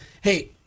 hey